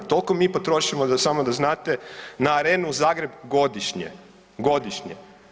Toliko mi potrošimo samo da znate na Arenu Zagreb godišnje, godišnje.